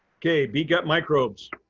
okay, bee gut microbes,